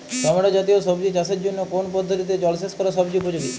Tomato জাতীয় সবজি চাষের জন্য কোন পদ্ধতিতে জলসেচ করা সবচেয়ে উপযোগী?